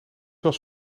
was